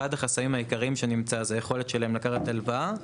אחד החסמים העיקריים שנמצאו זה היכולת שלהם לקחת הלוואה,